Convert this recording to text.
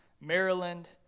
Maryland